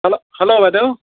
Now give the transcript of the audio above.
hello hello বাইদেউ